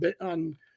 on